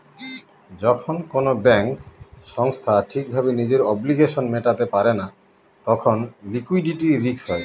যখন কোনো ব্যাঙ্ক সংস্থা ঠিক ভাবে নিজের অব্লিগেশনস মেটাতে পারে না তখন লিকুইডিটি রিস্ক হয়